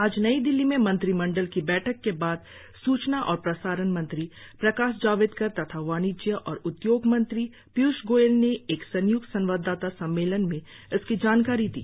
आज नई दिल्ली में मंत्रिमंडल की बैठक के बाद सूचना और प्रसारण मंत्री प्रकाश जावडेकर तथा वाणिज्य और उदयोग मंत्री पीयूष गोयल ने एक संय्क्त संवाददाता सम्मेलन में इसकी जानकारी दी